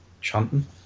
chanting